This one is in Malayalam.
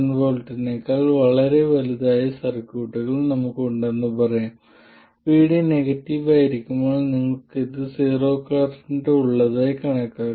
7 V നേക്കാൾ വളരെ വലുതായ സർക്യൂട്ടുകൾ നമുക്കുണ്ടെന്ന് പറയാം VD നെഗറ്റീവായിരിക്കുമ്പോൾ നിങ്ങൾക്ക് ഇത് സീറോ കറന്റ് ഉള്ളതായി കണക്കാക്കാം